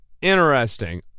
Interesting